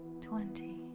twenty